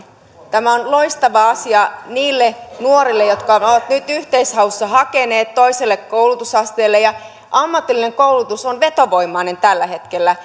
tämä on loistava asia niille nuorille jotka ovat nyt yhteishaussa hakeneet toiselle koulutusasteelle ammatillinen koulutus on vetovoimainen tällä hetkellä